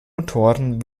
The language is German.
motoren